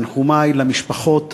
תנחומי למשפחות